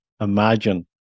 imagine